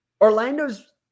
Orlando's